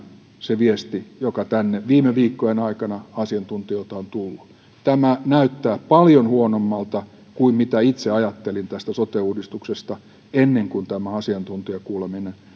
se viesti joka tänne viime viikkojen aikana asiantuntijoilta on tullut tämä näyttää paljon huonommalta kuin mitä itse ajattelin tästä sote uudistuksesta ennen kuin tämä asiantuntijakuuleminen